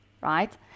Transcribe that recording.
right